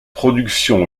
productions